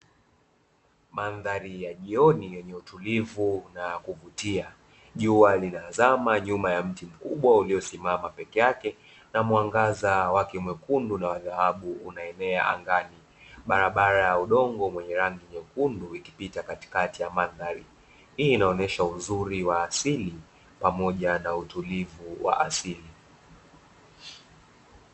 Mandhari ya jioni yenye utulivi na kuvutia, jua linazama nyuma ya mti mkubwa uliosimama peke ake na mwangaza wake mwekundu na wa dhahabu unaenea angani, barabara ya udongo wenye rangi nyekundu ikipita katikati ya mandhari, hii inaonesha uzuri wa asili pamoja na utulivu wa asili.